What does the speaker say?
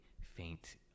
faint